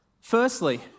firstly